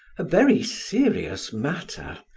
a very serious matter.